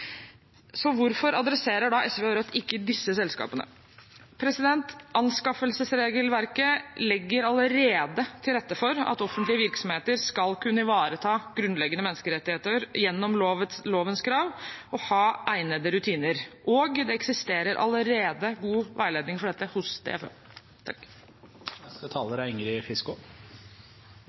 Så hvorfor adresserer ikke SV og Rødt disse selskapene? Anskaffelsesregelverket legger allerede til rette for at offentlige virksomheter skal kunne ivareta grunnleggende menneskerettigheter gjennom lovens krav og ha egnede rutiner, og det eksisterer allerede god veiledning for dette hos DFØ. SV meiner det